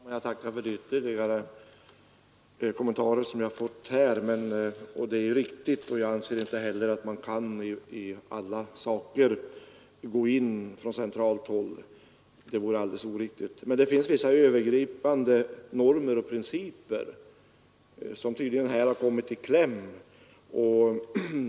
Fru talman! Jag tackar för de ytterligare kommentarer som utbildningsministern gjort. Det som utbildningsministern säger är ju riktigt, och jag anser inte heller att man kan i alla sammanhang gå in från centralt håll. Det vore alldeles oriktigt. Men det finns vissa övergripande normer och principer som tydligen här har kommit i kläm.